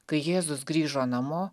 kai jėzus grįžo namo